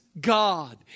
God